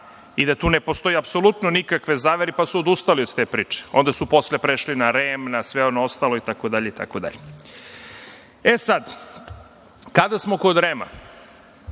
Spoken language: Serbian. i da tu ne postoji nikakve zavere, pa su odustali od te priče. Onda si posle prešli na REM, na sve ono ostalo itd. Sad, kada smo kod REM-a,